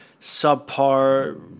subpar